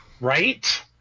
Right